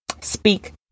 speak